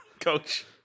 coach